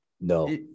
No